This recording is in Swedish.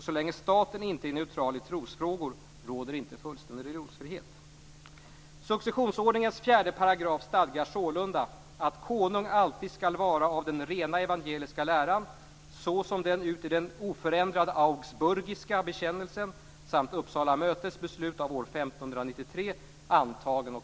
Så länge staten inte är neutral i trosfrågor råder inte fullständig religionsfrihet.